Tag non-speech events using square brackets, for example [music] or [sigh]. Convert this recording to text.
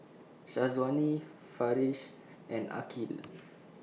Syazwani Farish and [unintelligible]